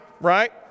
right